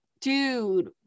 dude